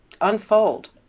unfold